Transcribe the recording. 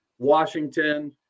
Washington